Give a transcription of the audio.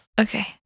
Okay